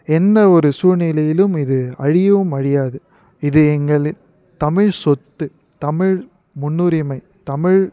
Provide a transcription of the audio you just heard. எந்த ஒரு சூழ்நிலையிலும் இது அழியவும் அழியாது இது எங்களின் தமிழ் சொத்து தமிழ் முன்னுரிமை தமிழ்